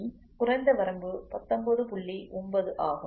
9 ஆகும்